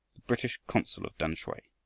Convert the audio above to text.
british consul of tamsui!